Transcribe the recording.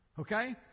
Okay